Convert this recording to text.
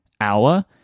hour